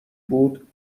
بود